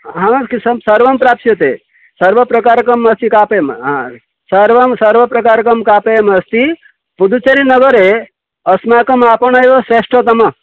हा इति सर्वं सर्वं प्राप्स्यते सर्वप्रकारकम् अस्ति का पेयम् आ सर्वं सर्वप्रकारकं कापेयमस्ति पुदुचरिनगरे अस्माकम् आपणः एव श्रेष्ठोत्तमः